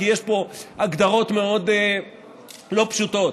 כי יש פה הגדרות מאוד לא פשוטות.